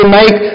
make